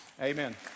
Amen